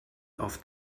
auf